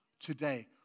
today